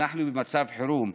אנחנו במצב חירום,